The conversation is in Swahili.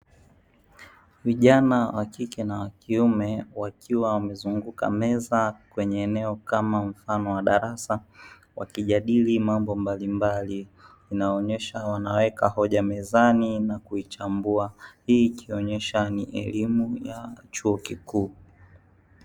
Vijana wa kike na wa kiume wakiwa wamezunguka meza kwenye eneo kama mfano wa darasa wakijadili mambo mbalimbali, inaonyesha wanaweka hoja mezani na kuichambua. Hii ikionyesha ni elimu ya chuo kikuu.